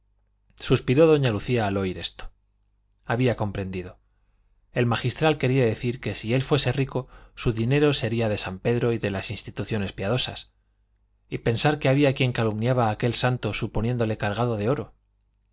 suspiró doña lucía al oír esto había comprendido el magistral quería decir que si él fuese rico su dinero sería de san pedro y de las instituciones piadosas y pensar que había quien calumniaba a aquel santo suponiéndole cargado de oro